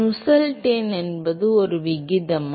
Nusselt எண் என்பது ஒரு விகிதமா